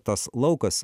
tas laukas